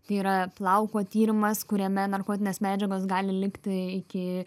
tai yra plauko tyrimas kuriame narkotinės medžiagos gali likti iki